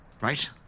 Right